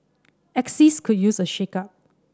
axis could use a shakeup